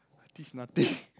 I teach nothing